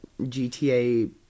GTA